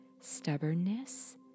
stubbornness